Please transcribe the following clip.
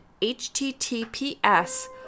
https